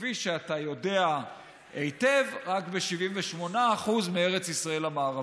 כפי שאתה יודע היטב, רק ב-78% מארץ ישראל המערבית.